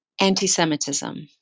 Anti-Semitism